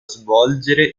svolgere